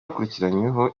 akurikiranweho